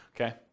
Okay